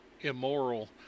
Immoral